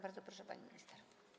Bardzo proszę, pani minister.